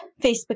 Facebook